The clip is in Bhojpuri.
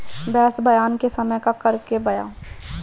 भैंस ब्यान के समय का करेके बा?